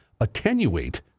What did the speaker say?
attenuate